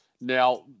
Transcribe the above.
Now